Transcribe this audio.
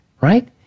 right